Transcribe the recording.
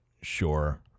sure